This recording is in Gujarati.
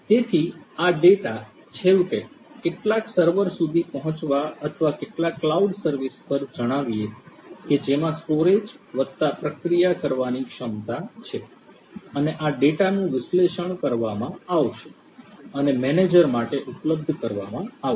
તેથી આ ડેટા છેવટે કેટલાક સર્વર સુધી પહોંચવા અથવા કેટલાક ક્લાઉડ સર્વિસ પર જણાવીએ કે જેમાં સ્ટોરેજ વત્તા પ્રક્રિયા કરવાની ક્ષમતા છે અને આ ડેટાનું વિશ્લેષણ કરવામાં આવશે અને મેનેજર માટે ઉપલબ્ધ કરવામાં આવશે